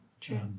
True